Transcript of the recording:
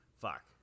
Fuck